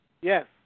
Yes